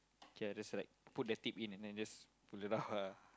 okay lah just like put the tip in and then just pull it out lah